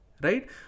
Right